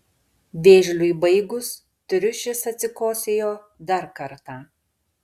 vėžliui baigus triušis atsikosėjo dar kartą